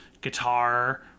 guitar